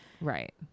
Right